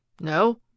No